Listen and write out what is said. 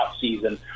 season